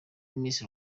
miss